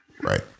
right